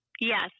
Yes